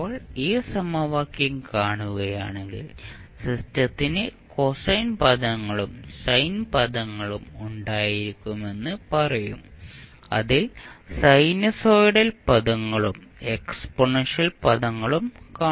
ഇപ്പോൾ ഈ സമവാക്യം കാണുകയാണെങ്കിൽ സിസ്റ്റത്തിന് കോസൈൻ പദങ്ങളും സൈൻ പദങ്ങളും ഉണ്ടായിരിക്കുമെന്ന് പറയും അതിൽ സിനുസോയ്ഡൽ പദങ്ങളും എക്സ്പോണൻഷ്യൽ പദങ്ങളും കാണും